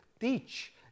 teach